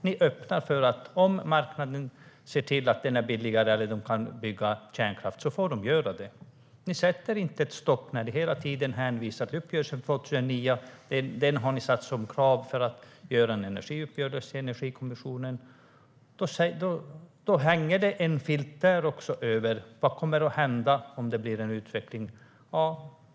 Ni öppnar för att marknaden får göra det om den ser att kärnkraften är billigare. Ni sätter inte ett stopp när ni hela tiden hänvisar till uppgörelsen från 2009. Den har ni satt som krav för att göra en energiuppgörelse i Energikommissionen. Då hänger det också där en filt över utvecklingen.